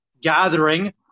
gathering